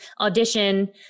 audition